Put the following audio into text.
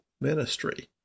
ministry